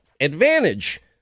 advantage